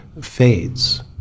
fades